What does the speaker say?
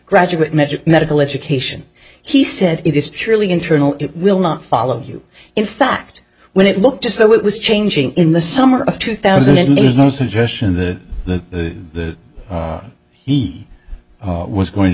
graduate magic medical education he said it is truly internal it will not follow you in fact when it looked as though it was changing in the summer of two thousand and there's no suggestion that the he was going to